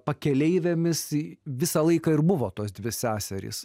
pakeleivėmis visą laiką ir buvo tos dvi seserys